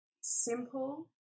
simple